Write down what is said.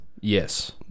Yes